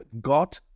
God